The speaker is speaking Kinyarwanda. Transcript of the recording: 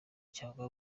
cyangwa